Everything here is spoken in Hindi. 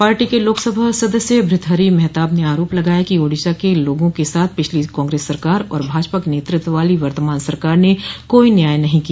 पार्टी के लोकसभा सदस्य भृतहरि मेहताब ने आरोप लगाया कि ओडिशा के लोगों के साथ पिछली कांग्रेस सरकार और भाजपा के नेतृत्व वाली वर्तमान सरकार ने कोई न्याय नहीं किया